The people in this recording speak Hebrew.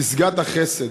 פסגת החסד,